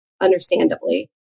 Understandably